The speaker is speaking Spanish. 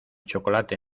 chocolate